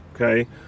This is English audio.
okay